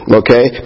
okay